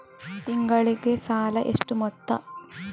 ತಿಂಗಳಿಗೆ ಸಾಲ ಎಷ್ಟು ಮೊತ್ತ?